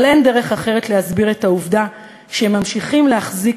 אבל אין דרך אחרת להסביר את העובדה שהם ממשיכים להחזיק